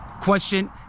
question